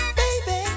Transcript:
baby